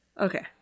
Okay